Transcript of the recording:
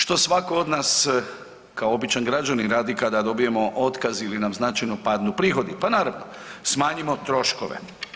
Što svatko od nas kao običan građanin radi kada dobijemo otkaz ili nam značajno padnu prihodi, pa naravno smanjimo troškove.